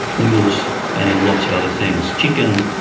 noodles and lots of other things, chicken,